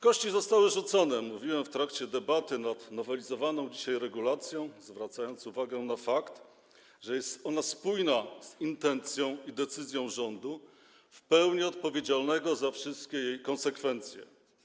Kości zostały rzucone - mówiłem w trakcie debaty nad nowelizowaną dzisiaj regulacją, zwracając uwagę na fakt, że jest ona spójna z intencją i decyzją rządu w pełni odpowiedzialnego za wszystkie jej konsekwencje.